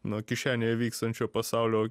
nuo kišenėje vykstančio pasaulio